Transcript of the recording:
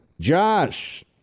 Josh